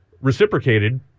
reciprocated